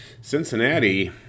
Cincinnati